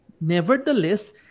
nevertheless